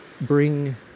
bring